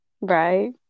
right